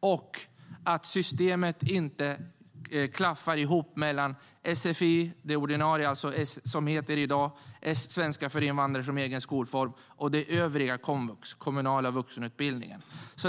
och att systemet inte klaffar mellan sfi, alltså svenska för invandrare som en egen skolform, och den övriga kommunala vuxenutbildningen.